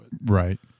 Right